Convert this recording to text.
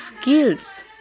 skills